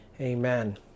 Amen